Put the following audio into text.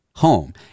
Home